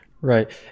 Right